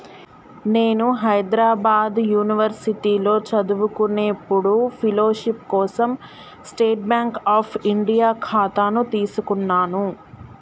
నేను హైద్రాబాద్ యునివర్సిటీలో చదువుకునేప్పుడు ఫెలోషిప్ కోసం స్టేట్ బాంక్ అఫ్ ఇండియా ఖాతాను తీసుకున్నాను